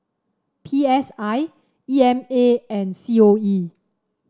P S I E M A and C O E